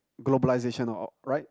globalization or right